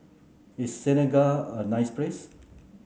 is Senegal a nice place